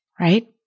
right